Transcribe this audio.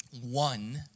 one